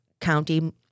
County